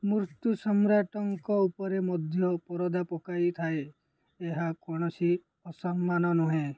ମୃତ୍ୟୁ ସମ୍ରାଟଙ୍କ ଉପରେ ମଧ୍ୟ ପରଦା ପକାଇଥାଏ ଏହା କୌଣସି ଅସମ୍ମାନ ନୁହେଁ